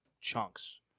chunks